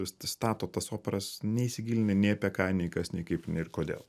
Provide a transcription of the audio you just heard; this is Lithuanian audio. stato tas operas neįsigilinę nei apie ką nei kas nei kaip ir kodėl